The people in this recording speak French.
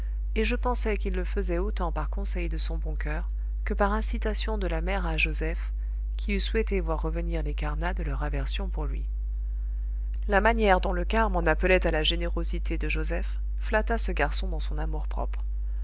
et je pensai qu'il le faisait autant par conseil de son bon coeur que par incitation de la mère à joseph qui eût souhaité voir revenir les carnat de leur aversion pour lui la manière dont le carme en appelait à la générosité de joseph flatta ce garçon dans son